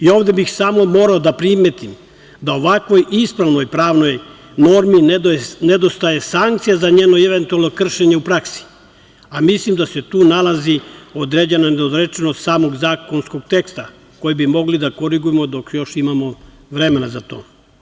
Ovde bih samo morao da primetim da ovako ispravnoj pravnoj normi nedostaje sankcija za njeno eventualno kršenje u praksi, a mislim da se tu nalazi određena nedorečenost samog zakonskog teksta, koji bi mogli da korigujemo dok još imamo vremena za to.